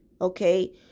okay